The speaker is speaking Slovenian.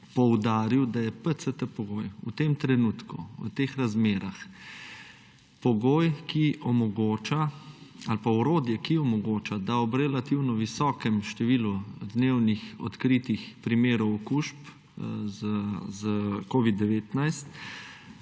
poudaril, da je PCT pogoj v tem trenutku v teh razmerah pogoj ali pa orodje, ki omogoča, da ob relativno visokem številu dnevno odkritih primerov okužb s covid-19